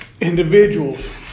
individuals